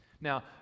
Now